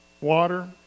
water